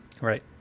Right